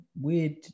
weird